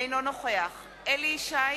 אינו נוכח אליהו ישי,